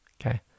Okay